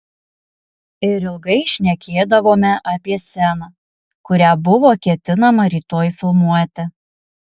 ir ilgai šnekėdavome apie sceną kurią buvo ketinama rytoj filmuoti